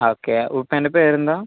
okay ഉപ്പേൻ്റെ പേരെന്താണ്